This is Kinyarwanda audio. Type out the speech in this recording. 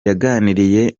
yaganiriye